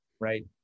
right